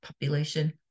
population